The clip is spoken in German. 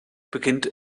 beginnt